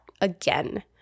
again